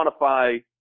quantify